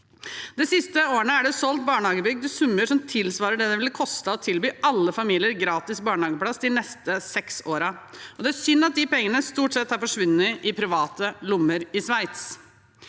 De siste årene er det solgt barnehagebygg til summer som tilsvarer hva det ville ha kostet å tilby alle familier gratis barnehageplass de neste seks årene. Det er synd at de pengene stort sett har forsvunnet i private lommer i Sveits.